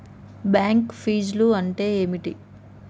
Bank ఫీజ్లు అంటే ఏమిటి?